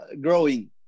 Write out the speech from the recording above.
growing